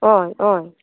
हय हय